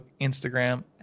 Instagram